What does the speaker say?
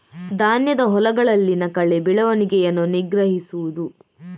ಧಾನ್ಯದ ಹೊಲಗಳಲ್ಲಿನ ಕಳೆ ಬೆಳವಣಿಗೆಯನ್ನು ನಿಗ್ರಹಿಸುವುದು